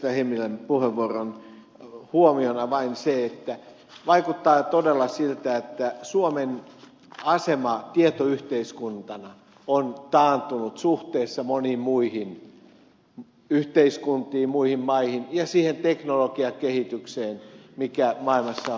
hemmilän puheenvuoron huomiona vain se että vaikuttaa todella siltä että suomen asema tietoyhteiskuntana on taantunut suhteessa moniin muihin yhteiskuntiin muihin maihin ja siihen teknologiakehitykseen mikä maailmassa on tapahtunut